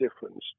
difference